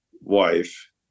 wife